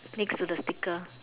next to the sticker